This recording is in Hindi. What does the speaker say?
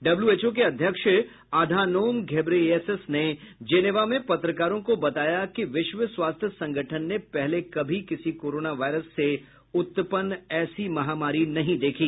डब्यूएचओ के अध्यक्ष अधानोम घेब्रेयेसस ने जेनेवा में पत्रकारों को बताया कि विश्व स्वास्थ्य संगठन ने पहले कभी किसी कोरोना वायरस से उत्पन्न ऐसी महामारी नहीं देखी